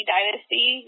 Dynasty